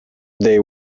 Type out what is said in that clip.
they